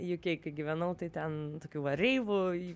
jukei kai gyvenau tai ten tokių va reivų į